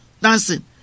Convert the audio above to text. dancing